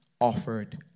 offered